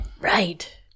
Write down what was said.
Right